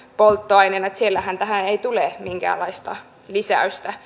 siellähän tähän ei tule minkäänlaista lisäystä